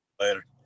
Later